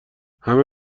همه